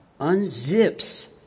unzips